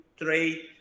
trade